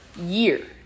year